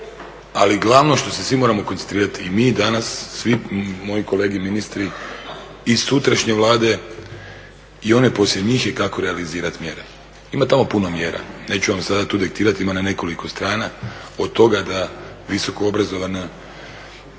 ali glavno što se svi moramo koncentrirati i mi danas svi moji kolege ministri i sutrašnje vlade i one poslije njih je kako realizirati mjere. Ima tamo puno mjera, neću vam sada tu diktirati, ima na nekoliko strana. Od toga da visokoobrazovani